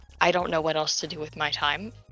I-don't-know-what-else-to-do-with-my-time